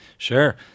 Sure